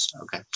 Okay